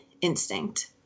instinct